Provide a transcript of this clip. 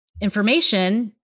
information